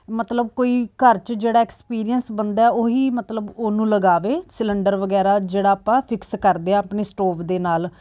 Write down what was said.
ਮਤਲਬ ਕੋਈ ਘਰ 'ਚ ਜਿਹੜਾ ਐਕਸਪੀਰੀਐਂਸ ਬੰਦਾ ਉਹ ਹੀ ਮਤਲਬ ਉਹਨੂੰ ਲਗਾਵੇ ਸਿਲੰਡਰ ਵਗੈਰਾ ਜਿਹੜਾ ਆਪਾਂ ਫਿਕਸ ਕਰਦੇ ਹਾਂ ਆਪਣੇ ਸਟੋਵ ਦੇ ਨਾਲ